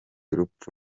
urupfu